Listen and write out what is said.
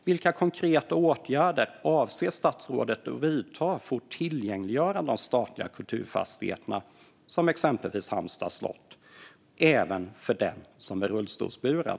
Vilka konkreta åtgärder avser statsrådet att vidta för att tillgängliggöra de statliga kulturfastigheterna, till exempel Halmstads slott, även för den som är rullstolsburen?